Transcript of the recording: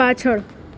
પાછળ